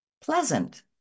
pleasant